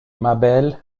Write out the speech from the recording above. mabel